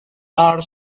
are